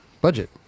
budget